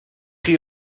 chi